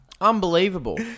Unbelievable